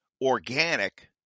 organic